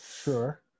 Sure